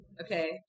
Okay